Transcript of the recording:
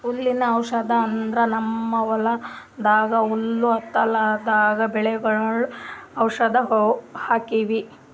ಹುಲ್ಲಿನ್ ಔಷಧ್ ಅಂದ್ರ ನಮ್ಮ್ ಹೊಲ್ದಾಗ ಹುಲ್ಲ್ ಹತ್ತಲ್ರದಂಗ್ ಬೆಳಿಗೊಳ್ದಾಗ್ ಔಷಧ್ ಹಾಕ್ತಿವಿ